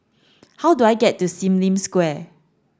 how do I get to Sim Lim Square